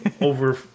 over